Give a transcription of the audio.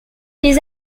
les